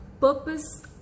Purpose